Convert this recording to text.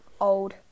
old